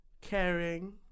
caring